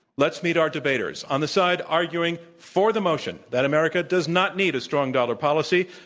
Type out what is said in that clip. let's meet our debaters. on the side arguing for the motion that america does not need a strong dollar policy,